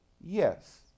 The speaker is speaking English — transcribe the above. yes